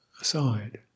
aside